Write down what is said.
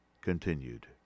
continued